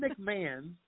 McMahon